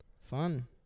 Fun